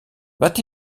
wat